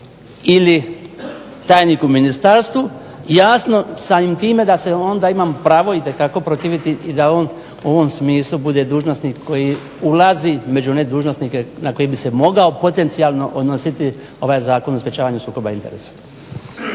ili tajnik u ministarstvu jasno samim time da se onda imam pravo i dakako protiviti i da on u ovom smislu bude dužnosnik koji ulazi među one dužnosnike na koje bi se mogao potencijalno odnositi ovaj Zakon o sprečavanju sukoba interesa.